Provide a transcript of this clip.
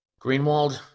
Greenwald